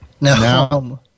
Now